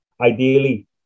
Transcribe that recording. Ideally